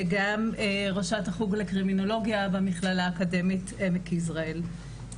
וגם ראשת החוג לקרימינולוגיה במכללה האקדמית עמק יזרעאל.